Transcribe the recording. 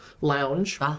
lounge